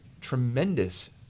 tremendous